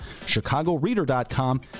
chicagoreader.com